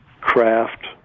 craft